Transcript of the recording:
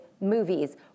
movies